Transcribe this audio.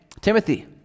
timothy